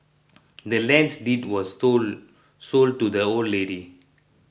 the land's deed was sold sold to the old lady